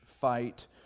fight